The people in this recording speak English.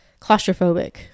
claustrophobic